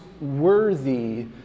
worthy